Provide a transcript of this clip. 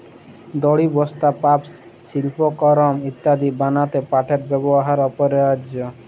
দড়ি, বস্তা, পাপস, সিল্পকরমঅ ইত্যাদি বনাত্যে পাটের ব্যেবহার অপরিহারয অ